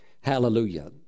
Hallelujah